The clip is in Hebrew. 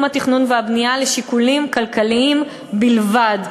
התכנון והבנייה לשיקולים כלכליים בלבד,